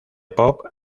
pop